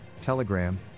Telegram